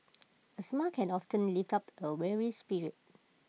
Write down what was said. A smile can often lift up A weary spirit